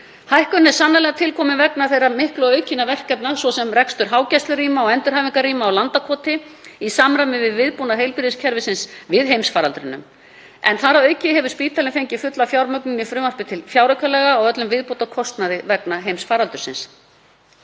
Hækkunin er sannarlega til komin vegna mikilla og aukinna verkefna, svo sem reksturs hágæslurýma og endurhæfingarrýma á Landakoti, í samræmi við viðbúnað heilbrigðiskerfisins við heimsfaraldrinum. Þar að auki hefur spítalinn fengið fulla fjármögnun í frumvarpi til fjáraukalaga á öllum viðbótarkostnaði vegna heimsfaraldursins.